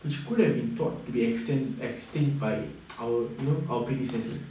which could have been taught to be extinct extinct by our you know our predecessors